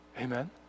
Amen